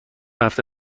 هفته